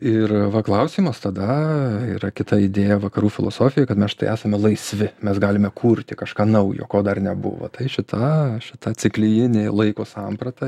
ir va klausimas tada yra kita idėja vakarų filosofijo kad mes štai esame laisvi mes galime kurti kažką naujo ko dar nebuvo tai šita šita ciklijinė laiko samprata